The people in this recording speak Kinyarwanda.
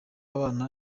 abana